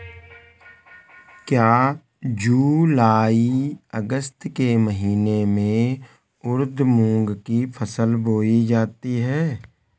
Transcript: क्या जूलाई अगस्त के महीने में उर्द मूंग की फसल बोई जाती है?